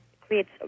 creates